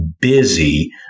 busy